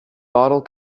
bottle